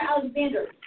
Alexander